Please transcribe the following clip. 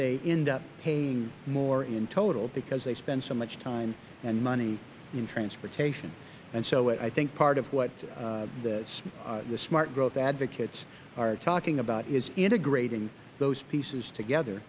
they end up paying more in total because they spend so much time and money in transportation so i think part of what the smart growth advocates are talking about is integrating those pieces together